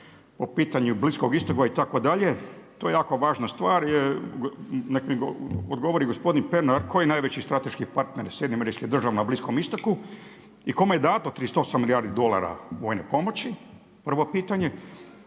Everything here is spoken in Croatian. o pitanju Bliskog istoka itd. to je jako važna stvar. Nek' mi odgovori gospodin Pernar koji je najveći strateški partner Sjedinjenih Američkih Država na Bliskom istoku i kome je dato 38 milijardi dolara vojne pomoći. Prvo pitanje.